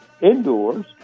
indoors